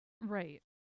Right